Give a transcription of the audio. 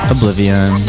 Oblivion